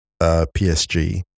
PSG